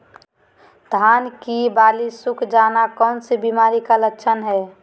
धान की बाली सुख जाना कौन सी बीमारी का लक्षण है?